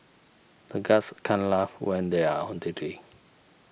the guards can't laugh when they are on duty